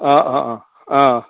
অঁ অঁ অঁ অঁ অঁ